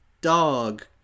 dog